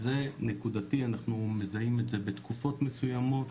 זה נקודתי, אנחנו מזהים את זה בתקופות מסוימות,